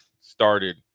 started